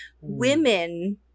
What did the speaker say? Women